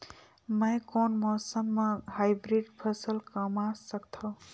मै कोन मौसम म हाईब्रिड फसल कमा सकथव?